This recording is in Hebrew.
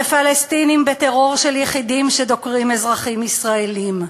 ופלסטינים בטרור של יחידים שדוקרים אזרחים ישראלים.